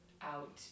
out